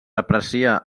apreciar